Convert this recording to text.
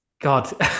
God